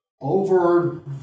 over